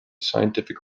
scientific